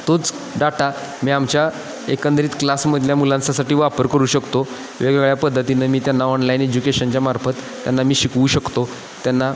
तोच डाटा मी आमच्या एकंदरीत क्लासमधल्या मुलांचासाठी वापर करू शकतो वेगवेगळ्या पद्धतीनं मी त्यांना ऑनलाईन एज्युकेशनच्यामार्फत त्यांना मी शिकवू शकतो त्यांना